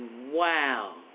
Wow